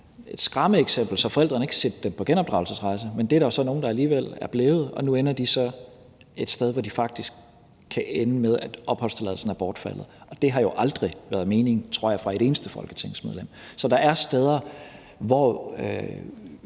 et skræmmeeksempel, så forældrene ikke sendte børnene på genopdragelsesrejse, og det er der jo så nogle der alligevel er blevet, og nu er de så faktisk et sted, hvor de kan ende med at opholdstilladelsen er bortfaldet. Og det tror jeg jo aldrig har været meningen fra et eneste folketingsmedlems side. Så der er